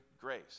grace